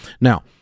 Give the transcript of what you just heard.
Now